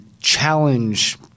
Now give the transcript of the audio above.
challenge –